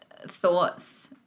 thoughts